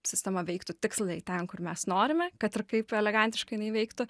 sistema veiktų tiksliai ten kur mes norime kad ir kaip elegantiškai jinai veiktų